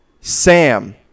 Sam